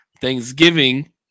Thanksgiving